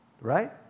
right